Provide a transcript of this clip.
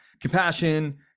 compassion